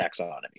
taxonomy